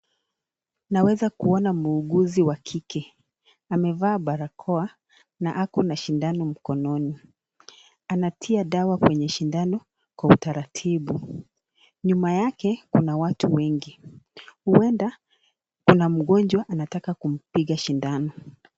Naweza kuona muuguzi wa kike. Amevaa barakoa na ako na sindano mkononi. Anatia dawa kwa sindano kwa utaratibu. Nyuma yake, kuna watu wengi. Huenda kuna mgonjwa anataka kumpiga sindano.